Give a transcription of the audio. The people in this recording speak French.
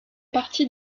partie